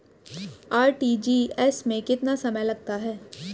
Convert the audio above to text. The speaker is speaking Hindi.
आर.टी.जी.एस में कितना समय लगता है?